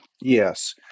Yes